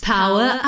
Power